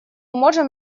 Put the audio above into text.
можем